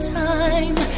time